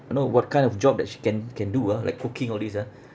I know what kind of job that she can can do ah like cooking all these ah